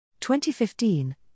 2015